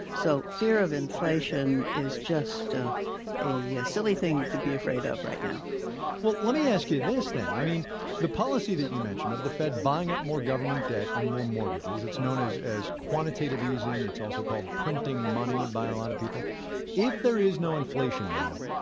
so fear of inflation is just a silly thing to be afraid of right now well, let me ask you this then the policy that you mentioned of the fed buying up more government debt and more mortgages it's known as quantitative quantitative easing, it's also called printing money by a lot of people if there is no inflation now,